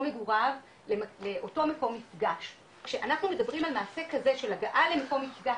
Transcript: מגוריו לאותו מקום מפגש שאנחנו מדברים על מעשה כזה של הגעה למקום מפגש,